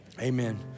amen